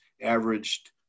averaged